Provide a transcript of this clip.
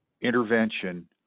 intervention